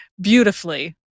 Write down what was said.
beautifully